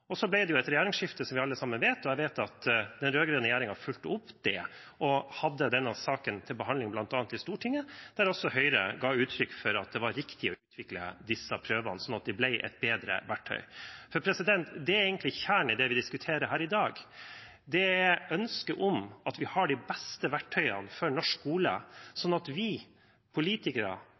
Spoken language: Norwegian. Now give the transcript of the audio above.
Så ble det et regjeringsskifte, som vi alle sammen vet, og jeg vet at den rød-grønne regjeringen fulgte opp dette og hadde denne saken til behandling bl.a. i Stortinget, der også Høyre ga uttrykk for at det var riktig å utvikle disse prøvene, sånn at de ble et bedre verktøy. Det er egentlig kjernen i det vi diskuterer her i dag: ønsket om at vi har de beste verktøyene for norsk skole, sånn at vi politikere